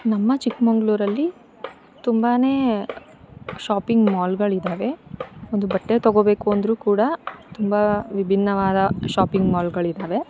ನಮ್ಮ ಚಿಕ್ಕಮಂಗ್ಳೂರಲ್ಲಿ ತುಂಬಾ ಶಾಪಿಂಗ್ ಮಾಲ್ಗಳಿದ್ದಾವೆ ಒಂದು ಬಟ್ಟೆ ತಗೋಬೇಕು ಅಂದ್ರೂ ಕೂಡ ತುಂಬ ವಿಭಿನ್ನವಾದ ಶಾಪಿಂಗ್ ಮಾಲ್ಗಳಿದ್ದಾವೆ